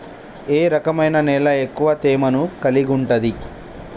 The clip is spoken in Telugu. ఏ రకమైన నేల ఎక్కువ తేమను కలిగుంటది?